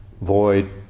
void